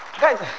Guys